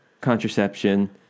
contraception